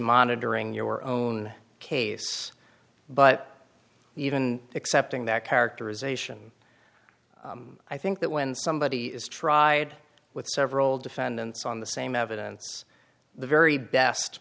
monitoring your own case but even accepting that characterization i think that when somebody is tried with several defendants on the same evidence the very best